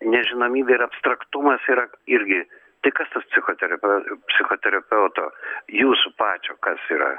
nežinomybė ir abstraktumas yra irgi tai kas tas psichotera psichoterapeuto jūsų pačio kas yra